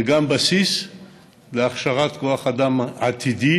זה גם בסיס להכשרת כוח אדם עתידי